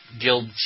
guild